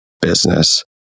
business